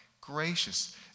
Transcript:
gracious